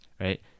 right